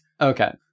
Okay